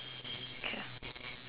ya